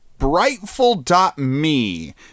brightful.me